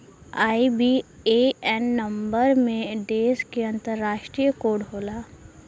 IBAN number में देश क अंतरराष्ट्रीय कोड होला